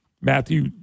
Matthew